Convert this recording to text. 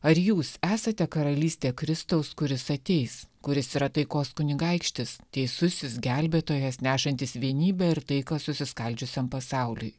ar jūs esate karalystė kristaus kuris ateis kuris yra taikos kunigaikštis teisusis gelbėtojas nešantis vienybę ir taiką susiskaldžiusiam pasauliui